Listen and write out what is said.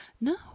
No